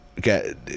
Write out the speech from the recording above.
get